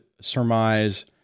surmise